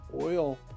oil